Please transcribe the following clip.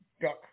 Duck